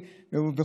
זה מאוד קל,